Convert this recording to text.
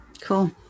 Cool